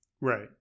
Right